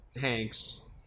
Hanks